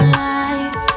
life